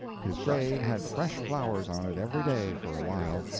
his grave had fresh flowers on it every day, for a while,